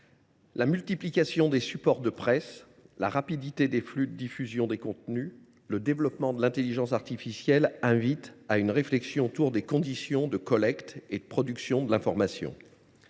la multiplication des supports de presse, la rapidité des flux de diffusion des contenus, le développement de l’intelligence artificielle (IA) invitent à une réflexion sur les conditions de collecte et de production de l’information.